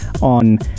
on